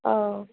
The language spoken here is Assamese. অঁ